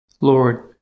Lord